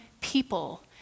people